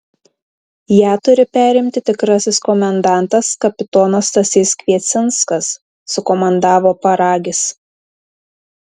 ją turi perimti tikrasis komendantas kapitonas stasys kviecinskas sukomandavo paragis